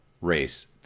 race